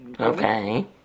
Okay